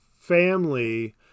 family